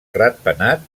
ratpenat